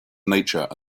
nature